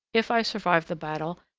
if i survived the battle,